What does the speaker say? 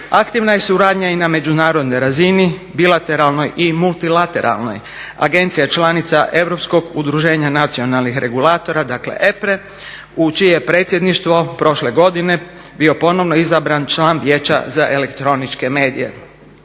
Aktivna je suradnja i na međunarodnoj razini, bilateralnoj i multilateralnoj. Agencija je članica Europskog udruženja nacionalnih regulatora dakle EPRA-e u čije predsjedništvo prošle godine bio ponovno izabran član Vijeća za elektroničke medije,